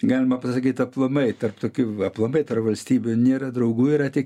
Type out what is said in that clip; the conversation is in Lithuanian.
galima pasakyt aplamai tarp tokių aplamai tarp valstybių nėra draugų yra tik